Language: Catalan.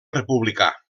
republicà